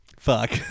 Fuck